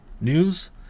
news